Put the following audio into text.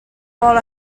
vol